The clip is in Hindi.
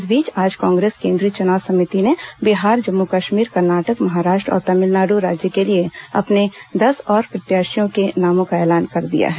इस बीच आज कांग्रेस केंद्रीय चुनाव समिति ने बिहार जम्मू कश्मीर कर्नाटक महाराष्ट्र और तमिलनाडु राज्य के लिए अपने दस और प्रत्याशियों के नामों का ऐलान कर दिया है